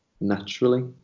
naturally